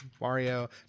Mario